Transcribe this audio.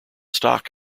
stock